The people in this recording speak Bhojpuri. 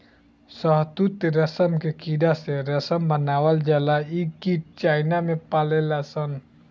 शहतूत रेशम के कीड़ा से रेशम बनावल जाला इ कीट चाइना में पलाले सन